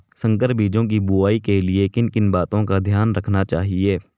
संकर बीजों की बुआई के लिए किन किन बातों का ध्यान रखना चाहिए?